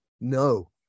No